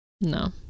no